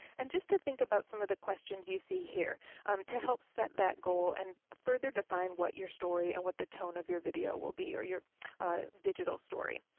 and just to think about some of the questions you see here to help set that goal, and further define what your story, and what the tone of your video will be, or your digital story.